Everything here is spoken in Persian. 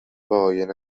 آینه